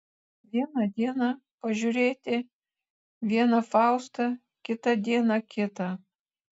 vieną dieną pažiūrėti vieną faustą kitą dieną kitą